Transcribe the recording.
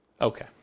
Okay